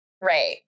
right